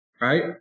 right